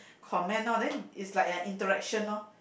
comment loh then is like interaction loh